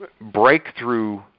breakthrough